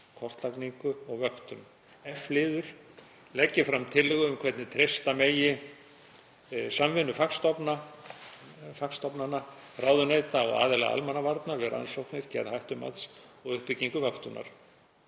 kortlagningu og vöktun. f. Leggi fram tillögur um hvernig treysta megi samvinnu fagstofnana, ráðuneyta og aðila almannavarna við rannsóknir, gerð hættumats og uppbyggingu vöktunar.